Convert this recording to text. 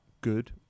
good